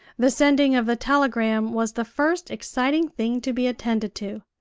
the sending of the telegram was the first exciting thing to be attended to.